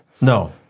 No